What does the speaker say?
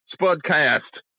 Spudcast